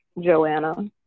joanna